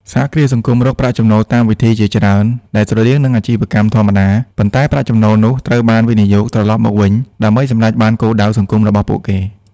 សហគ្រាសសង្គមរកប្រាក់ចំណូលតាមវិធីជាច្រើន ដែលស្រដៀងនឹងអាជីវកម្មធម្មតា ប៉ុន្តែប្រាក់ចំណូលនោះត្រូវបានវិនិយោគត្រឡប់មកវិញដើម្បីសម្រេចបានគោលដៅសង្គមរបស់ពួកគេ។